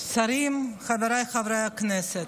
שרים, חבריי חברי הכנסת,